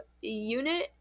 unit